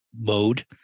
mode